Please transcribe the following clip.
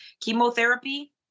chemotherapy